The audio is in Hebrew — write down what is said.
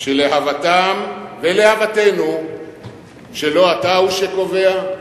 שלהוותם ולהוותנו לא אתה הוא שקובע?